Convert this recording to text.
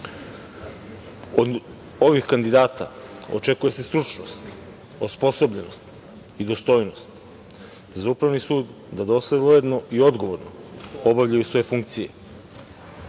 ovih kandidata očekuje se stručnost, osposobljenost i dostojnost, za Upravni sud da dosledno i odgovorno obavljaju svoje funkcije